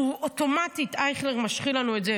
אוטומטית אייכלר משחיל לנו את זה,